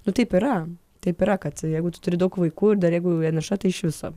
nu taip yra taip yra kad jeigu tu turi daug vaikų ir dar jeigu vieniša tai iš viso